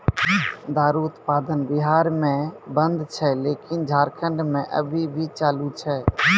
दारु उत्पादन बिहार मे बन्द छै लेकिन झारखंड मे अभी भी चालू छै